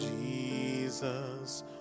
Jesus